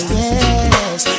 yes